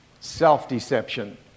Self-deception